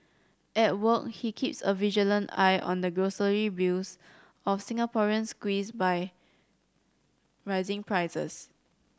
at work he keeps a vigilant eye on the grocery bills of Singaporeans squeezed by rising prices